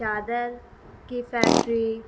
چادر کی فیکٹری